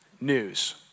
news